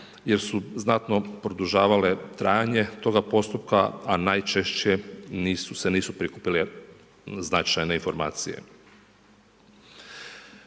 jer su znatno produžavale trajanje toga postupka, a najčešće nisu se prikupile značajne informacije.